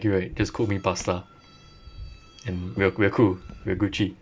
you right just cook me pasta and we're we're cool we're gucci